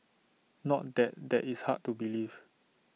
not that that is hard to believe